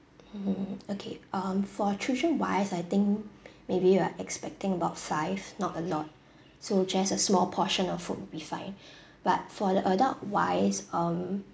mm okay um for children wise I think maybe we're expecting about five not a lot so just a small portion of food will be fine but for the adult wise um